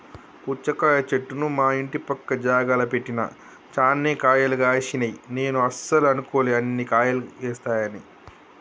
పుచ్చకాయ చెట్టును మా ఇంటి పక్క జాగల పెట్టిన చాన్నే కాయలు గాశినై నేను అస్సలు అనుకోలే అన్ని కాయలేస్తాయని